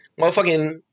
motherfucking